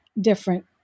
different